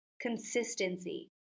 Consistency